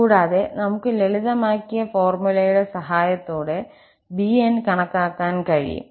കൂടാതെ നമുക്ക് ലളിതമാക്കിയ ഫോർമുലയുടെ സഹായത്തോടെ 𝑏n കണക്കാക്കാൻ കഴിയും